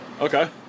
Okay